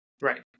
Right